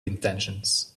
intentions